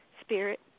Spirit